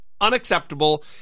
Unacceptable